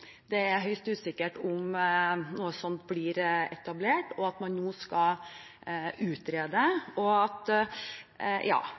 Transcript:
det er høyst usikkert om det blir etablert – og at man nå skal utrede